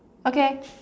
okay